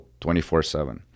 24-7